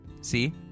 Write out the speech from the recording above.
See